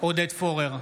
עודד פורר,